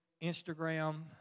Instagram